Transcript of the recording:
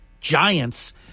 giants